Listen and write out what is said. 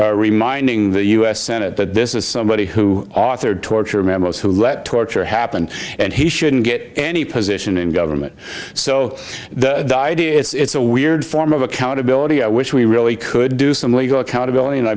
him reminding the u s senate this is somebody who authored torture memos who let torture happened and he shouldn't get any position in government so the idea it's a weird form of accountability i wish we really could do some legal accountability